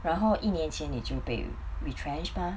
然后一年前你就被 retrench mah